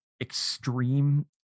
extreme